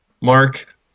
mark